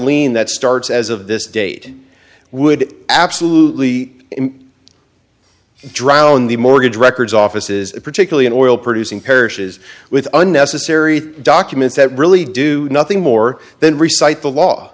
lien that starts as of this date would absolutely drown the mortgage records offices particularly in oil producing parishes with unnecessary documents that really do nothing more than recites the